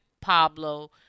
Pablo